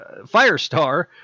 Firestar